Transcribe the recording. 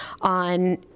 on